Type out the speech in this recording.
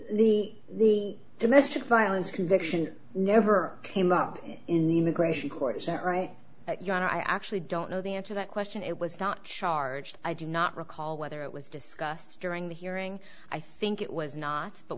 the the domestic violence conviction never came up in the immigration court is that right but your honor i actually don't know the answer that question it was not charged i do not recall whether it was discussed during the hearing i think it was not but